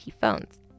phones